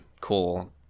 cool